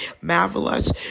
marvelous